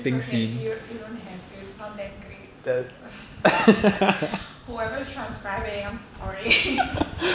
it's okay you you don't have to it's not that great whoever's transcribing I'm sorry